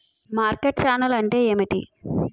Market channel అంటే ఏమిటి?